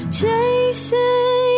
chasing